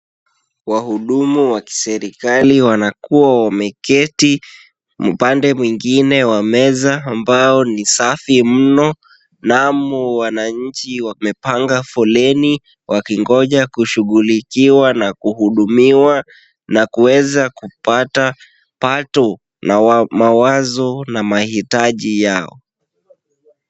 Wahudumu wa kiserikali wanakuwa wameketi, upande mwingine wa meza ambao ni safi mno, namo wananchi wamepanga foleni wakingoja kushughulikiwa na kuhudumiwa na kuweza kupata pato la mawazo na mahitaji yao.